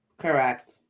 Correct